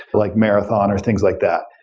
like marathon or things like that.